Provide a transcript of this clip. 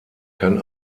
kann